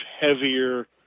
heavier